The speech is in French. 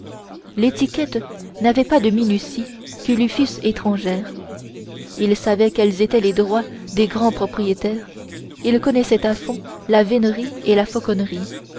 l'étiquette n'avait pas de minuties qui lui fussent étrangères il savait quels étaient les droits des grands propriétaires il connaissait à fond la vénerie et la